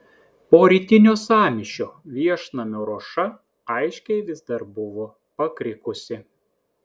po rytinio sąmyšio viešnamio ruoša aiškiai vis dar buvo pakrikusi